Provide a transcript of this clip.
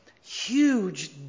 huge